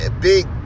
big